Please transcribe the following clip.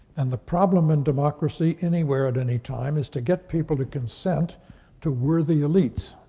and the problem in democracy anywhere at any time is to get people to consent to worthy elites.